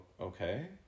okay